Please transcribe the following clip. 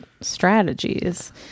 strategies